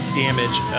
damage